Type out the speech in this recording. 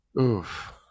Oof